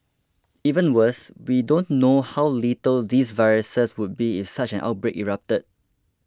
even worse we don't know how lethal these viruses would be if such an outbreak erupted